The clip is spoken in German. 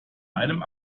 einem